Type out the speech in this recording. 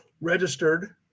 registered